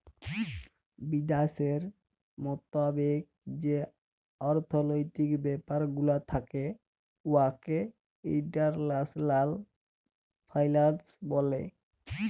বিদ্যাশের মতাবেক যে অথ্থলৈতিক ব্যাপার গুলা থ্যাকে উয়াকে ইল্টারল্যাশলাল ফিল্যাল্স ব্যলে